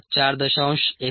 49 hours269